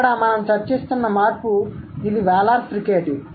ఇక్కడ మనం చర్చిస్తున్న మార్పు ఇది వేలార్ ఫ్రికేటివ్